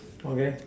okay